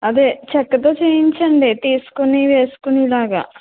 అదే చెక్కతో చేయించండి తీసుకుని వేసుకునే లాగ